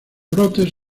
brotes